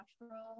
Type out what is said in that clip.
natural